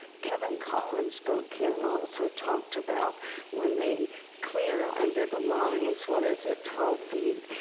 kevin collins spoke here and also talked about when they clear under the lines, what is it, twelve feet,